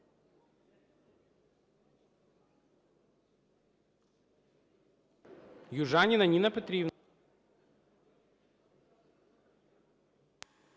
Южаніна Ніна Петрівна.